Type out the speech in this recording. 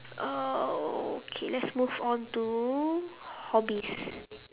uh okay let's move on to hobbies